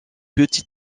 petits